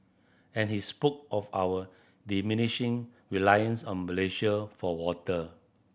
and he spoke of our diminishing reliance on Malaysia for water